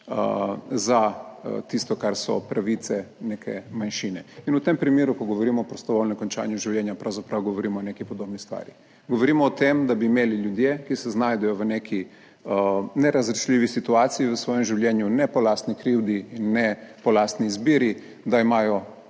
za tisto, kar so pravice neke manjšine. In v tem primeru, ko govorimo o prostovoljnem končanju življenja, pravzaprav govorimo o neki podobni stvari. Govorimo o tem, da bi imeli ljudje, ki se znajdejo v neki nerazrešljivi situaciji v svojem življenju, ne po lastni krivdi in ne po lastni izbiri, da imajo